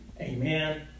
Amen